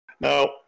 Now